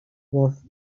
was